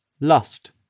lust